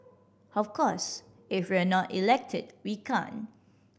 of course if we're not elected we can't